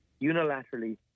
unilaterally